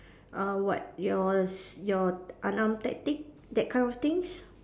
uh what yours your alarm tactic that kind of things